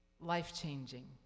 life-changing